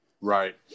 Right